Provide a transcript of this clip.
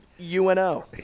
UNO